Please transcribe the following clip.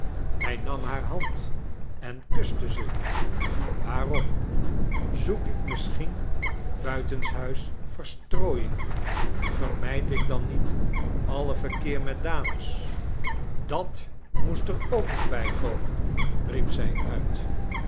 hij nam haar hand en kuste ze waarom zoek ik misschien buitenshuis verstrooiing vermijd ik dan niet alle verkeer met dames dat moest er ook nog bijkomen riep zij uit